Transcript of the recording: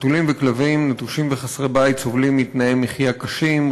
חתולים וכלבים נטושים וחסרי בית סובלים מתנאי מחיה קשים.